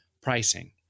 pricing